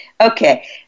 Okay